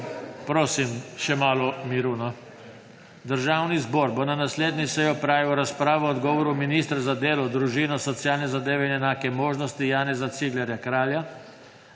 Prosim še malo miru! Državni zbor bo na naslednji seji opravil razpravo o odgovoru ministra za delo, družino, socialne zadeve in enake možnosti Janeza Ciglerja Kralja